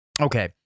okay